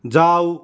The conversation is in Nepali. जाउ